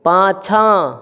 पाछाँ